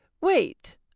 Wait